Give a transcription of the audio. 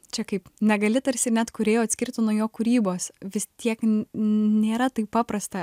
čia kaip negali tarsi net kūrėjo atskirti nuo jo kūrybos vis tiek nėra taip paprasta